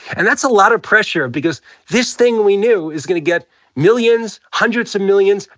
and that's a lot of pressure, because this thing we knew is going to get millions, hundreds of millions,